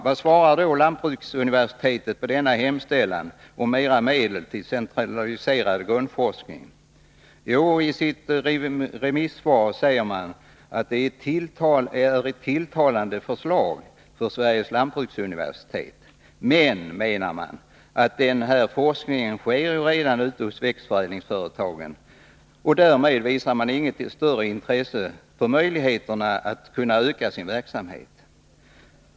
Vad svarar då lantbruksuniversitetet på denna hemställan om mera medel till centraliserad grundforskning? I sitt remissvar säger man att det är ett tilltalande förslag för Sveriges lantbruksuniversitet, men man menar att sådan forskning redan sker i växtförädlingsföretagen. Man visar alltså inget större intresse för möjligheterna att öka sin verksamhet.